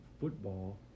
football